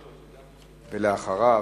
ואחריו,